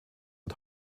und